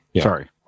Sorry